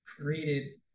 created